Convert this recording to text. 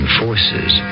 forces